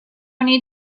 need